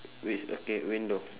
which okay window